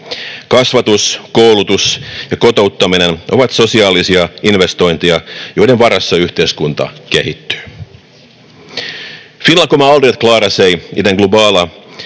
Kasvatus, koulutus ja kotouttaminen ovat sosiaalisia investointeja, joiden varassa yhteiskunta kehittyy.